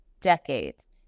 decades